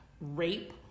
rape